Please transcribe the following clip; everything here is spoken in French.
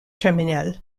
terminal